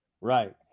Right